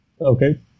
Okay